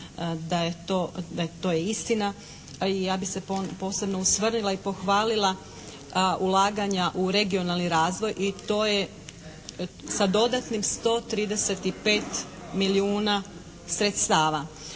da je to istina, a i ja bih se posebno osvrnila i pohvalila ulaganja u regionalni razvoj i to je sa dodatnim 135 milijuna sredstava.